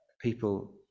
people